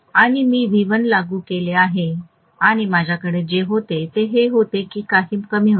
आणि मी व्ही 1 लागू केले आहे आणि माझ्याकडे जे होते ते हे होते की हे काही कमी होते